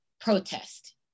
protest